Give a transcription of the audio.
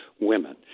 women